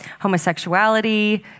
homosexuality